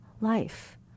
life